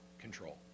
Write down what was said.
control